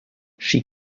she